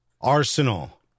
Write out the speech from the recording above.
Arsenal